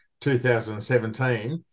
2017